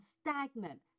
stagnant